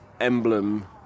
emblem